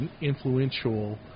influential